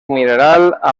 mineral